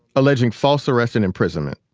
alleging false arrest and imprisonment.